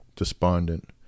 despondent